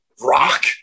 rock